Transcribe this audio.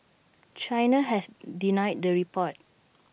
China has denied the reports